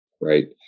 Right